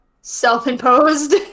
self-imposed